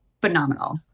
Phenomenal